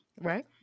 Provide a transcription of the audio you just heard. Right